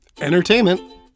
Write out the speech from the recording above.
entertainment